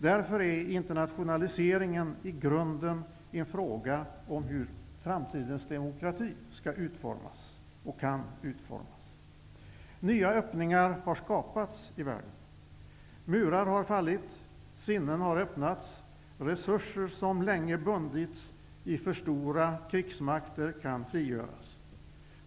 Därför är internationaliseringen i grunden en fråga om hur framtidens demokrati kan och skall utformas. Nya öppningar har skapats i världen: murar har fallit, sinnen har öppnats, resurser som länge bundits i för stora krigsmakter kan frigöras.